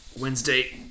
Wednesday